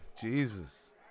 Jesus